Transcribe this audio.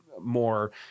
more